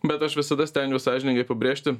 bet aš visada stengiuos sąžiningai apibrėžti